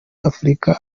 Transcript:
afurika